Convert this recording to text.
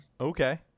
Okay